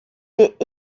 est